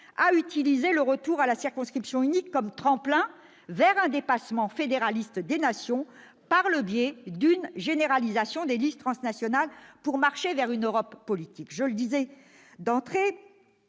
à utiliser le retour à la circonscription unique comme tremplin vers un dépassement fédéraliste des nations par le biais d'une généralisation des listes transnationales pour marcher vers une Europe politique. Comme je l'ai indiqué